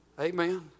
Amen